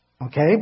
Okay